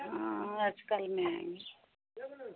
हाँ आजकल में आएंगे